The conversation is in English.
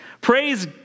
Praise